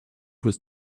was